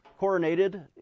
coronated